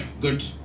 Good